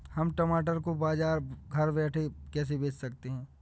हम टमाटर को बाजार भाव में घर बैठे कैसे बेच सकते हैं?